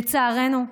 לצערנו,